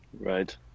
Right